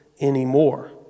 anymore